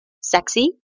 sexy